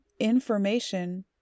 information